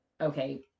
okay